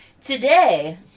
today